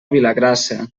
vilagrassa